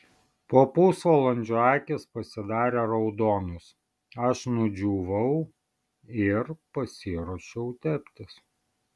po pusvalandžio akys pasidarė raudonos aš nudžiūvau ir pasiruošiau teptis